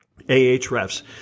Ahrefs